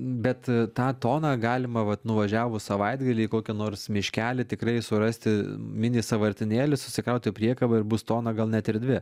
bet tą toną galima vat nuvažiavus savaitgalį į kokį nors miškelį tikrai surasti mini savartinėlį susikaut į priekabą ir bus tona gal net ir dvi